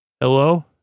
hello